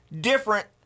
different